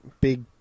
big